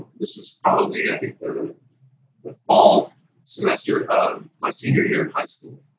this is probably i think the the fall semester of my senior year in high school.